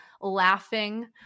laughing